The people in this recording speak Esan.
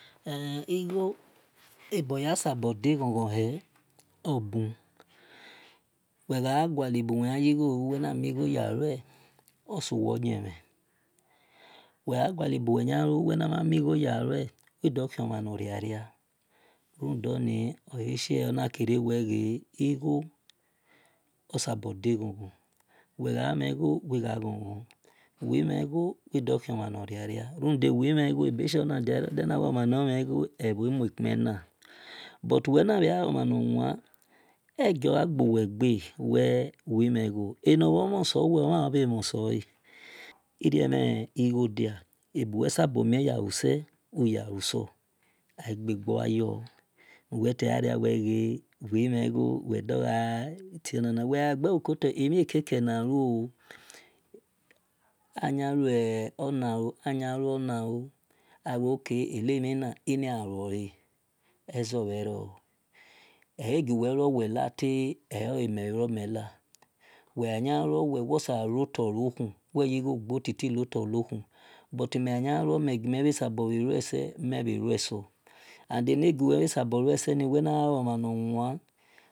El-igho uboya sabor de-ghon-ghon hel obun wel gha guale bu wel yan yi sho yalu wel na mi gho yolu oshiu wo yemhen wel gha mhe bu wel yanlu wel mhana mi gho yalue wil do khio mhan nor ria ria oni wel na do kere wel gha mhen gho wil khon mhan nor ghon ghon wil na mhen gho wil do khioman nor ria-ria wil mhen gho ona dia wel omhan nel mhel na bhe gha omhan nor wan wil gha bhe gio gha gbu wel gbe omhan no mhen gho sor wel omhan bhe mhon sole irio emhen gho dia eguiu wel sabo yalu wel u-ya-lu so agbegbua yor uwwl gha gha tie wil mhen gho wel do gha ti onona wel gha gbelo koto emie keke naluo ayaluo na ayaluo na awel ok enemina inia aluole ezi bhe ro e-e-giuwe luo wel lar tay eyimeluo mel la wel gha yan luo wel wo sabor luo tor luo khu wo sabor gbotiti but mel ghu yan luo mel egime sabo bhe lue sel mel bhe lue sor and elegiu wel bhe sabo bhe lue se wel na gha omhan nor wan